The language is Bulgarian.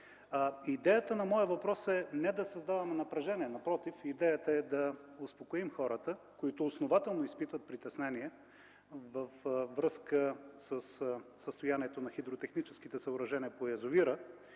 Идеята на моя въпрос е не да създаваме напрежение. Напротив, идеята е да успокоим хората, които основателно изпитват притеснение във връзка със състоянието на хидротехническите съоръжения по язовира